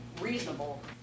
reasonable